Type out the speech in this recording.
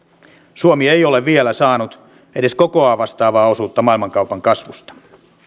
suomi ei ole vielä saanut edes kokoaan vastaavaa osuutta maailmankaupan kasvusta